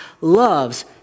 loves